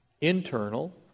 internal